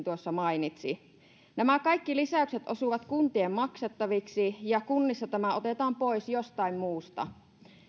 tuossa mainitsi nämä kaikki lisäykset osuvat kuntien maksettaviksi ja kunnissa tämä otetaan pois jostain muusta